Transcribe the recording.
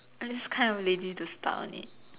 I'm just kind of lazy to start on it